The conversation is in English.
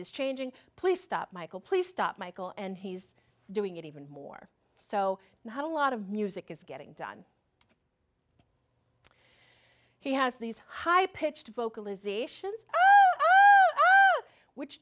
is changing please stop michael please stop michael and he's doing it even more so now a lot of music is getting done he has these high